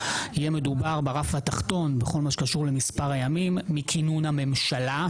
יהיה מדובר ברף התחתון בכל מה שקשור למספר הימים מכינון הממשלה,